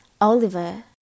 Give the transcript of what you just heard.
Oliver